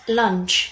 lunch